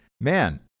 Man